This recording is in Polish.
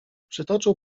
przytoczył